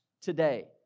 today